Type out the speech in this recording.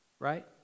Right